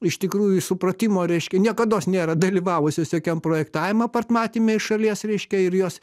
iš tikrųjų supratimo reiškia niekados nėra dalyvavusios jokiam projektavime apart matyme iš šalies reiškia ir jos